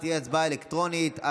ההצבעה תהיה הצבעה אלקטרונית.